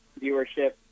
viewership